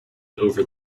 over